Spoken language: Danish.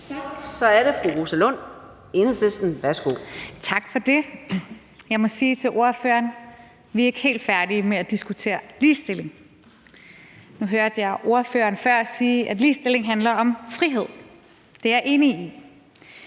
Så er det fru Rosa Lund, Enhedslisten. Værsgo. Kl. 15:16 Rosa Lund (EL): Tak for det. Jeg må sige til ordføreren, at vi ikke helt er færdige med at diskutere ligestilling. Nu hørte jeg ordføreren før sige, at ligestilling handler om frihed, og det er jeg enig i.